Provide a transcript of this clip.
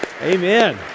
Amen